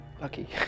lucky